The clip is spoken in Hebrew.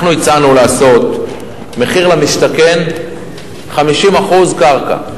אנחנו הצענו לעשות מחיר למשתכן 50% קרקע.